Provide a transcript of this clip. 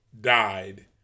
died